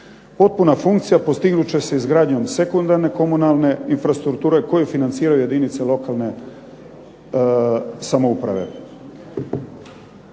Potpuna funkcija postignut će se izgradnjom sekundarne komunalne infrastrukture koju financiraju jedinice lokalne samouprave.